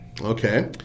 okay